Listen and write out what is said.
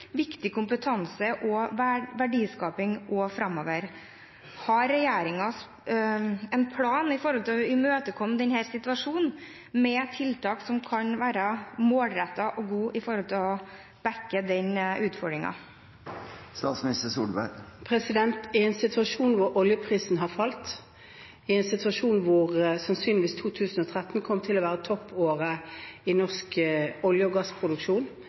viktig kompetanse, som igjen kan bidra til verdiskaping også framover. Har regjeringen en plan for å møte denne situasjonen med tiltak som kan være målrettede og gode med tanke på å møte denne utfordringen? I en situasjon hvor oljeprisen har falt, og hvor 2013 sannsynligvis kommer til å være toppåret for norsk olje- og gassproduksjon